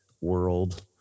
world